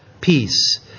peace